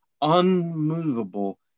unmovable